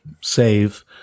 save